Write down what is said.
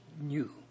new